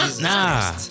Nah